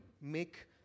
make